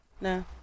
No